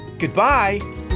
Goodbye